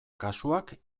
kasuak